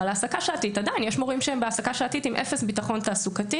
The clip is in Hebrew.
אבל עדיין יש מורים שהם בהעסקה שעתית עם אפס ביטחון תעסוקתי.